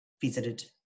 visited